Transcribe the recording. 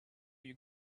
you